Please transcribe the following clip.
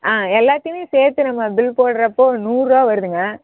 ஆ எல்லாத்தையுமே சேர்த்து நம்ம பில் போடுறப்போ நூறு ரூபா வருதுங்க